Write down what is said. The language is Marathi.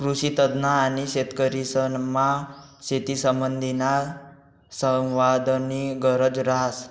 कृषीतज्ञ आणि शेतकरीसमा शेतीसंबंधीना संवादनी गरज रहास